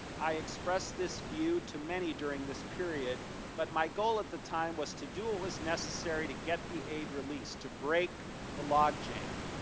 i expressed this view too many during this period but my goal at the time was to do what was necessary to get the aid relief to break the logjam.